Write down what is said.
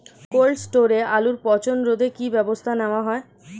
Cold স্টোরে আলুর পচন রোধে কি ব্যবস্থা নেওয়া হয়?